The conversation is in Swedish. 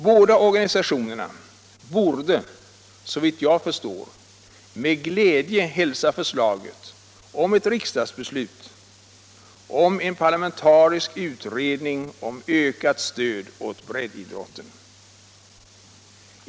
Båda organisationerna borde, såvitt jag förstår, med glädje hälsa förslaget om ett riksdagsbeslut om en parlamentarisk utredning om ökat stöd åt breddidrotten.